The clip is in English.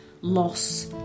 loss